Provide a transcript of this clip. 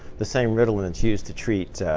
the same ritalin that's used to treat